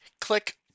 Click